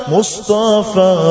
Mustafa